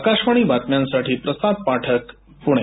आकाशवाणी बातम्यांसाठी प्रसाद पाठक पुणे